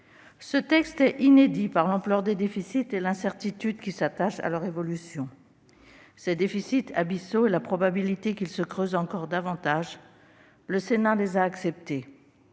Ce texte est inédit par l'ampleur des déficits et l'incertitude qui s'attache à leur évolution. Ces déficits abyssaux et la probabilité qu'ils se creusent encore davantage, le Sénat les a acceptés.